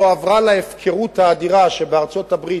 היא לא עברה להפקרות האדירה שבארצות-הברית